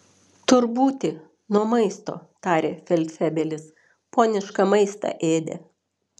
tur būti nuo maisto tarė feldfebelis ponišką maistą ėdė